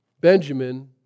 Benjamin